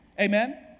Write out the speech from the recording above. Amen